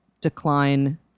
decline